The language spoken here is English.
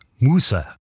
Musa